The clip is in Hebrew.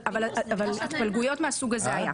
אבל התפלגויות מהסוג הזה היו.